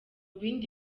bindi